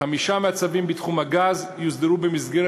חמישה מהצווים בתחום הגז יוסדרו במסגרת